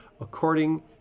according